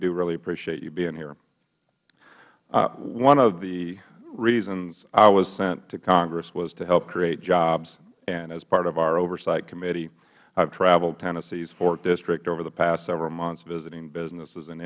do really appreciate you being here one of the reasons i was sent to congress was to help create jobs and as part of our oversight committee i have traveled tennessee's fourth district over the past several months visiting businesses and